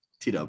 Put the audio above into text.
TW